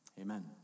Amen